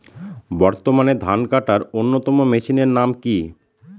বর্তমানে ধান কাটার অন্যতম মেশিনের নাম কি?